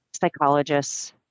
psychologists